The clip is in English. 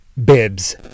Bibs